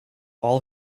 all